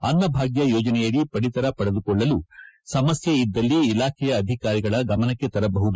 ಅನ್ನಭಾಗ್ತ ಯೋಜನೆಯಡಿ ಪಡಿತರ ಪಡೆದುಕೊಳ್ಳಲು ಯಾವುದೇ ದೂರು ಇದ್ದಲ್ಲಿ ಇಲಾಖೆಯ ಅಧಿಕಾರಿಗಳ ಗಮನಕ್ಕೆ ತರಬಹುದು